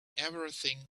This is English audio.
everything